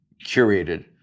curated